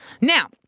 Now